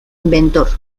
inventor